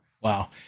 Wow